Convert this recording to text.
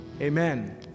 amen